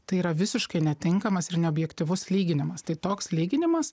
tai yra visiškai netinkamas ir neobjektyvus lyginimas tai toks lyginimas